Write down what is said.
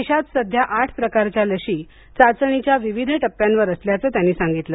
देशात सध्या आठ प्रकारच्या लशी चाचणीच्या विविध टप्प्यावर असल्याचं त्यांनी सांगितलं